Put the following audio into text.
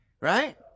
right